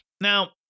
Now